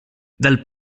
dal